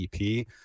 EP